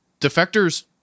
defectors